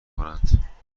میکنند